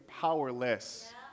powerless